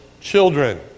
children